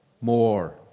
More